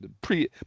pre